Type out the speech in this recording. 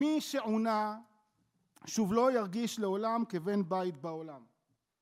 מי שהונה, שוב לא ירגיש לעולם כבן בית בעולם.